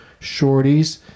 shorties